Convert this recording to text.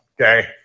Okay